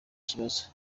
kibazo